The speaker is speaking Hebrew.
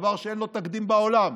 דבר שאין לו תקדים בעולם,